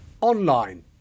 Online